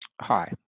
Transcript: Hi